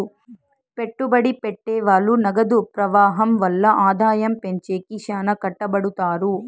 పెట్టుబడి పెట్టె వాళ్ళు నగదు ప్రవాహం వల్ల ఆదాయం పెంచేకి శ్యానా కట్టపడుతారు